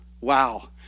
wow